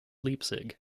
leipzig